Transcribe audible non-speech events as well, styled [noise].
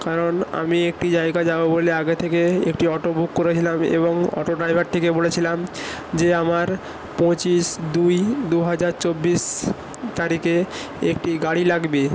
কারণ আমি একটি জায়গা যাব বলে আগে থেকে একটি অটো বুক করে [unintelligible] এবং অটো ড্রাইভারটিকে বলেছিলাম যে আমার পঁচিশ দুই দু হাজার চব্বিশ তারিখে একটি গাড়ি লাগবে